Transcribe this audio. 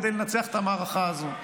כדי לנצח את המערכה הזאת.